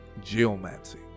geomancy